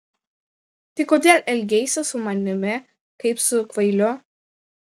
tai kodėl elgeisi su manimi kaip su kvailiu